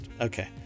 Okay